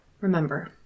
remember